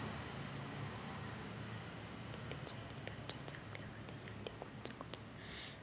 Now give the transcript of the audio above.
केळाच्या पिकाच्या चांगल्या वाढीसाठी कोनचं खत वापरा लागन?